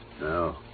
No